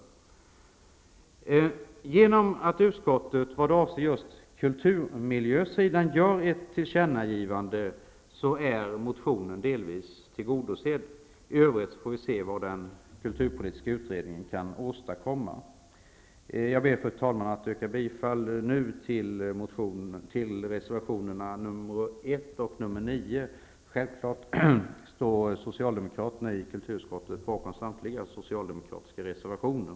Genom att utskottet vad avser just kulturmiljösidan gör ett tillkännagivande är motionen delvis tillgodosedd. I övrigt får vi se vad den kulturpolitiska utredningen kan åstadkomma. Jag ber, fru talman, att få yrka bifall till reservationerna 1 och 9. Självfallet står socialdemokraterna i kulturutskottet bakom samtliga socialdemokratiska reservationer.